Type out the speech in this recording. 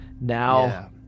now